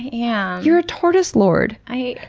yeah you're a tortoise lord! i